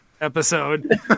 episode